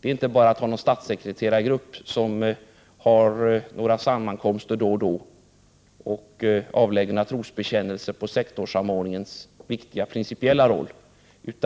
Det räcker inte bara med att det finns en statssekreterargrupp som har sammankomster då och då och avlägger några trosbekännelser om sektorsamordningens viktiga principiella roll. Det